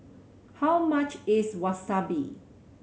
how much is Wasabi